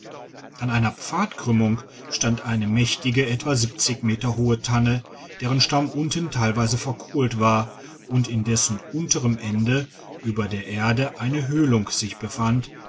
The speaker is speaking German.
an einer pfadkrümmung stand eine mächtige etwa meter hohe tanne deren stamm unten teilweise verkohlt war und in dessen unterem ende über der erde eine höhlung sich befand